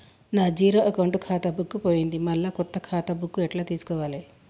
నా zero account ఖాతా book పోయింది మళ్ళా కొత్త ఖాతా బుక్కు ఎట్ల తీసుకోవాలే?